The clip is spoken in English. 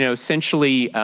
essentially,